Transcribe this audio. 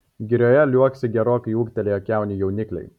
girioje liuoksi gerokai ūgtelėję kiaunių jaunikliai